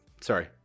Sorry